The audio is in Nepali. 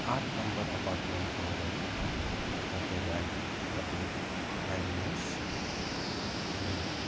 आठ नम्बर अपार्टमेन्टको अगाडि तपाईँहरू आइदिनु तपाईँ आइदिनु होस् अनि